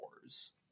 wars